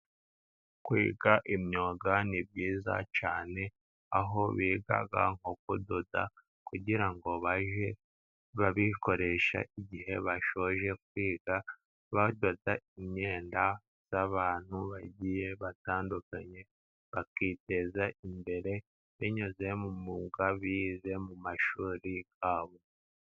Kwiga imyuga ni byiza cyane, aho biga nko kudoda kugira ngo babe babikoresha igihe bashoje kwiga, badoda imyenda z'abantu bagiye batandukanye bakiteza imbere binyuze mu mwuga bize mu mashuri yabo.